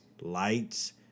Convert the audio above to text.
lights